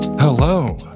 Hello